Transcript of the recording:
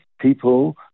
people